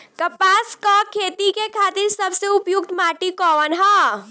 कपास क खेती के खातिर सबसे उपयुक्त माटी कवन ह?